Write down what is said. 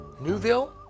Newville